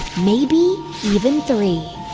maybe even three